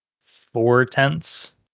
four-tenths